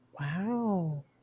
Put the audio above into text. Wow